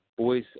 voice